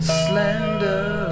slender